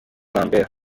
lambert